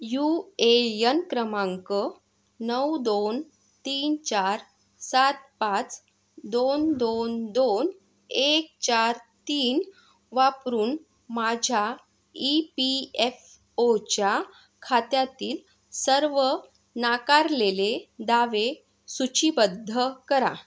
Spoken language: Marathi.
यु ए यन क्रमांक नउ दोन तीन चार सात पाच दोन दोन दोन एक चार तीन वापरून माझ्या ई पी एफ ओच्या खात्यातील सर्व नाकारलेले दावे सूचीबद्ध करा